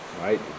right